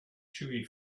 chewy